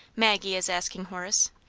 maggie is asking horace.